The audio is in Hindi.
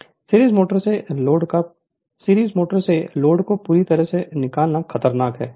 Refer Slide Time 2319 series motor से लोड को पूरी तरह से निकालना खतरनाक है